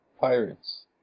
pirates